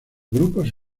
grupos